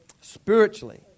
Spiritually